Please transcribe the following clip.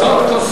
זה,